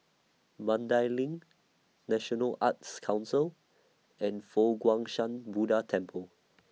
Mandai LINK National Arts Council and Fo Guang Shan Buddha Temple